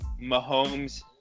Mahomes